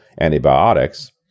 antibiotics